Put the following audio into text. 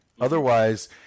Otherwise